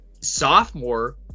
sophomore